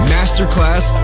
Masterclass